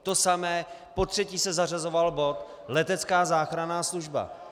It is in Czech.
To samé potřetí se zařazoval bod letecká záchranná služba.